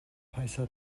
phaisa